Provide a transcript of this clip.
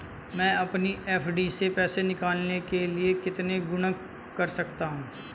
मैं अपनी एफ.डी से पैसे निकालने के लिए कितने गुणक कर सकता हूँ?